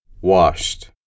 washed